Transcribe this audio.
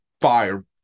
fire